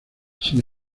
sin